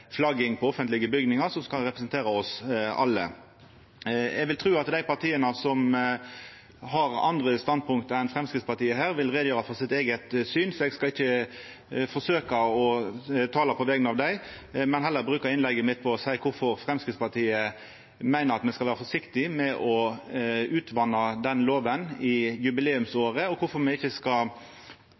flagging på offentlege bygningar som skal representera oss alle. Eg vil tru at dei partia som har andre standpunkt enn Framstegspartiet her, vil gjera greie for sitt eige syn. Så eg skal ikkje forsøka å tala på vegner av dei, men heller bruka innlegget mitt på å seia korfor Framstegspartiet meiner at me skal vera forsiktige med å vatna ut den loven i jubileumsåret, og korfor me ikkje skal